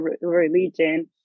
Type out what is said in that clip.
religion